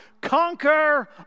conquer